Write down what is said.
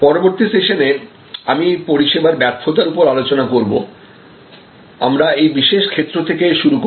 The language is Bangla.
পরবর্তী সেশানে আমি পরিষেবার ব্যর্থতার ওপরে আলোচনা করব আমরা এই বিশেষ ক্ষেত্র থেকে শুরু করব